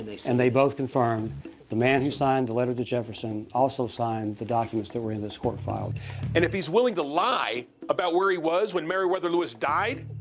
and they both confirmed the man who signed the letter to jefferson also signed the documents that were in this court file. and if he's willing to lie about where he was when meriwether lewis died,